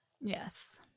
Yes